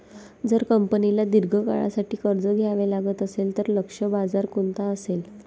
जर कंपनीला दीर्घ काळासाठी कर्ज घ्यावे लागत असेल, तर लक्ष्य बाजार कोणता असेल?